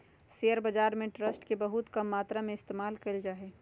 share बाजार में trust के बहुत कम मात्रा में इस्तेमाल कइल जा हई